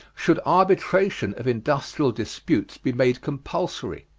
should arbitration of industrial disputes be made compulsory?